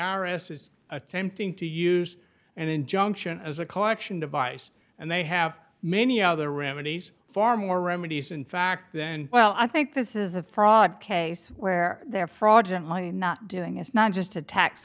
s is attempting to use an injunction as a collection device and they have many other remedies far more remedies in fact then well i think this is a fraud case where there fraudulently not doing it's not just a tax